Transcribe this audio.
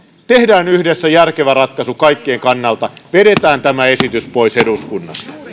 tehdään yhdessä järkevä ratkaisu kaikkien kannalta vedetään tämä esitys pois eduskunnasta